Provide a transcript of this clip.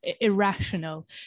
irrational